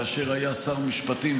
כאשר היה שר משפטים,